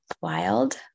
Wild